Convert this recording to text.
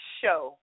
show